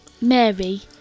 Mary